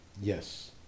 yes